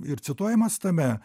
ir cituojamas tame